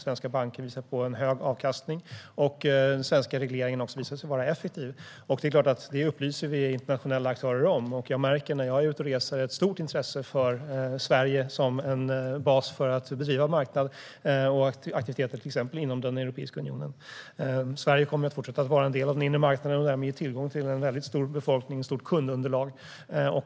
Svenska banker visar på en hög avkastning, och den svenska regleringen har också visat sig vara effektiv. Det är klart att vi upplyser internationella aktörer om detta. När jag är ute och reser märker jag ett stort intresse för Sverige som bas för att bedriva marknad och aktiviteter, till exempel inom Europeiska unionen. Sverige kommer att fortsätta vara en del av den inre marknaden och därmed ha tillgång till en väldigt stor befolkning och ett stort kundunderlag.